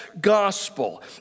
gospel